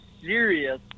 serious